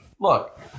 look